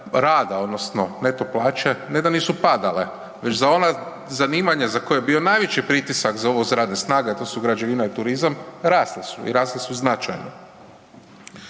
rada odnosno neto plaće ne da nisu padale nego već za ona zanimanja za koja je bio najveći pritisak za uvoz radne snage, a to su građevina i turizam, rasle su i rasle su značajno.